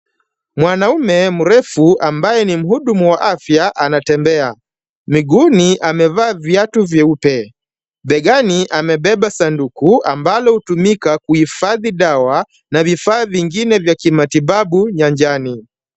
Mwanaume mrefu ambaye ni mhudumu wa afya anatembea. Miguuni amevaa viatu vyeupe. Begani amebeba sanduku ambalo hutumika kuhifadhi dawa na vifaa vingine vya kimatibabu nyanjani.